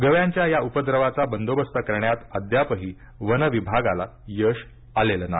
गव्यांच्या या उपद्रवाचा बंदोबस्त करण्यात अद्यापही वन विभागाला यश आलेलं नाही